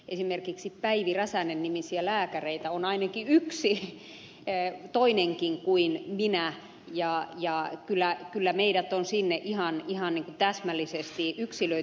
esimerkiksi päivi räsänen nimisiä lääkäreitä on ainakin yksi toinenkin kuin minä ja kyllä meidät on sinne ihan täsmällisesti yksilöity